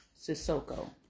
Sissoko